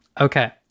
Okay